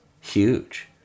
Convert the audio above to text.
huge